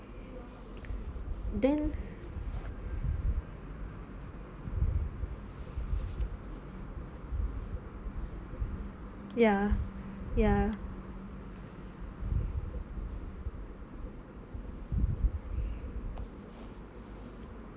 then ya ya